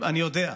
אני יודע.